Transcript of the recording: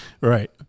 Right